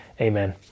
amen